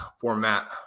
format